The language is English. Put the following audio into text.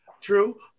True